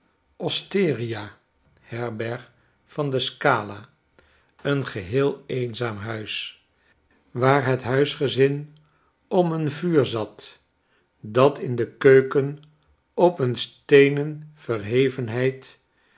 osteria herberg van lasc ala een geheel eenzaam huis waar het huisgezin om een vuur zat dat in de keuken op een steenen verhevenheid